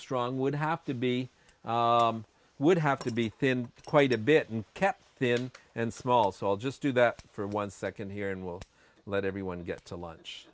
strong would have to be would have to be thinned quite a bit and kept thin and small so i'll just do that for one second here and we'll let everyone get to lunch